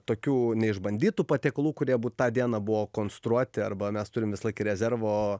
tokių neišbandytų patiekalų kurie būt tą dieną buvo konstruoti arba mes turim visąlaik ir rezervo